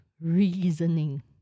reasoning